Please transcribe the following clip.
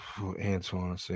Antoine